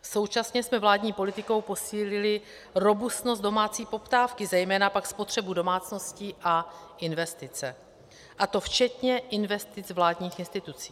Současně jsme vládní politikou posílili robustnost domácí poptávky, zejména pak spotřebu domácností a investice, a to včetně investic vládních institucí.